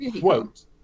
quote